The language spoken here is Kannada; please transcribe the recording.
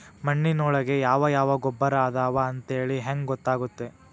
ಮಣ್ಣಿನೊಳಗೆ ಯಾವ ಯಾವ ಗೊಬ್ಬರ ಅದಾವ ಅಂತೇಳಿ ಹೆಂಗ್ ಗೊತ್ತಾಗುತ್ತೆ?